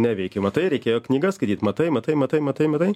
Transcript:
neveiki matai reikėjo knygas skaityt matai matai matai matai matai